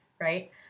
right